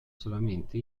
solamente